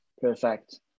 perfect